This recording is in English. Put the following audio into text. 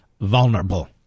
vulnerable